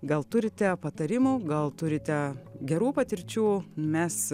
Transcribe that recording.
gal turite patarimų gal turite gerų patirčių mes